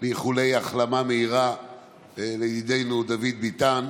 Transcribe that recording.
לאיחולי החלמה מהירה לידידינו דוד ביטן.